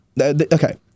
okay